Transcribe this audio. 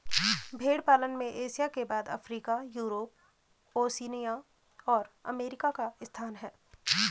भेंड़ पालन में एशिया के बाद अफ्रीका, यूरोप, ओशिनिया और अमेरिका का स्थान है